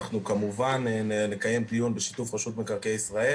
אנחנו כמובן נקיים דיון בשיתוף רשות מקרקעי ישראל